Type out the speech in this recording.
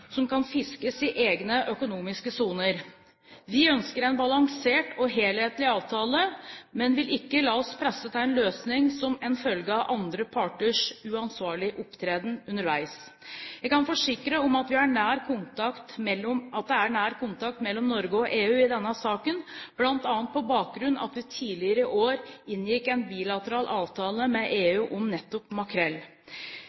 som kan fiskes i egne økonomiske soner. Vi ønsker en balansert og helhetlig avtale, men vil ikke la oss presse til en løsning som en følge av andre parters uansvarlige opptreden underveis. Jeg kan forsikre om at det er nær kontakt mellom Norge og EU i denne saken, bl.a. på bakgrunn av at vi tidligere i år inngikk en bilateral avtale med